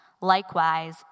Likewise